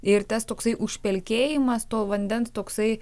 ir tas toksai užpelkėjimas to vandens toksai